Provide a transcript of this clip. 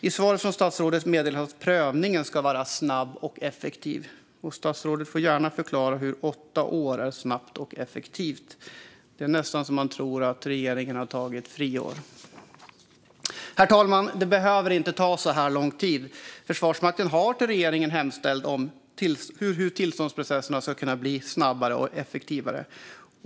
I svaret från statsrådet meddelas att prövningen ska vara snabb och effektiv. Statsrådet får gärna förklara hur åtta år är snabbt och effektivt. Det är nästan så att man tror att regeringen har tagit ett friår. Herr talman! Det behöver inte ta så här lång tid. Försvarsmakten har till regeringen hemställt hur tillståndsprocesserna ska kunna bli snabbare och effektivare.